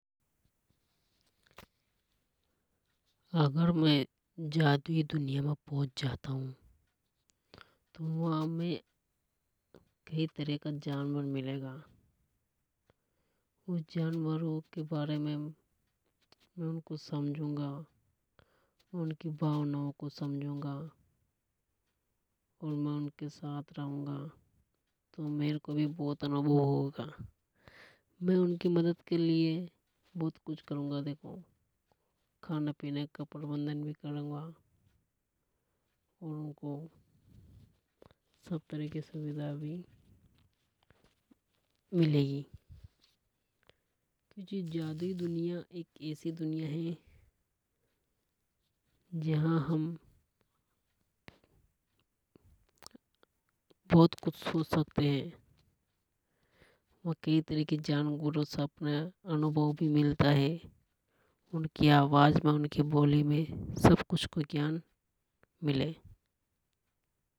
अगर में जादुई दुनिया में पहुंच जाता हु तो वहां में कई तरह का जानवर मिलेगा उन जानवरों के बारे में में उनको समझूंगा उनकी भावनाओं को समझूंगा और में उनके साथ रहूंगा। तो मेरे को भी बहुत अनुभव होगा। में उनकी मदद के लिए बहुत कुछ करूंगा देखो। खाने पीने का प्रबंधन भी करूंगा और उको कई तरह की सुविधा भी मिलेंगी। जादुई दुनिया एक ऐसी दुनिया है जहां हम बहुत कुछ सोच सकते है। वहां जानवरों से कई तरह का अनुभव मिलता हैं उनकी आवाज में उनकी बोली में सब कुछ का ज्ञान मिले।